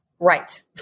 Right